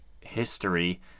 history